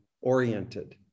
oriented